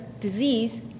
disease